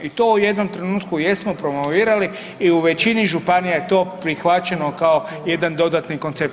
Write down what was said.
I to u jednom trenutku jesmo promovirali i u većini županija je to prihvaćeno kao jedan dodatni koncept.